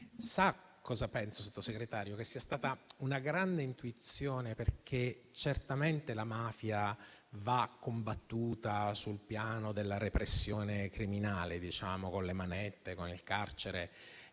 Sa cosa penso, signor Sottosegretario? Penso che sia stata una grande intuizione, perché certamente la mafia va combattuta sul piano della repressione criminale con le manette, con il carcere